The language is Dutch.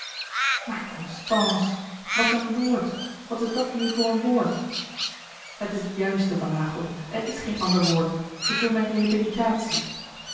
maar constance wat een woord wat is dat nu voor een woord het is het juiste van naghel er is geen ander woord ik wil mijn